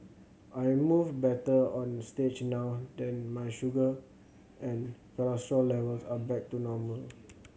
I move better on stage now then my sugar and cholesterol levels are back to normal